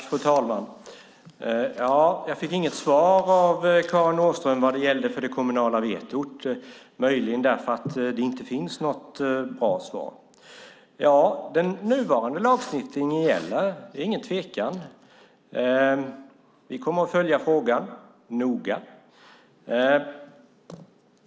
Fru talman! Jag fick inget svar av Karin Åström vad gäller det kommunala vetot. Möjligen fick jag inte det därför att det inte finns något bra svar. Den nuvarande lagstiftningen gäller. Det är ingen tvekan. Vi kommer att följa frågan noga.